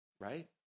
right